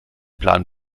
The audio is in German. plan